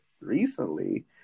recently